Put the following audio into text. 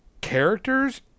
Characters